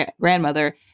grandmother